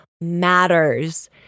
matters